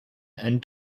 and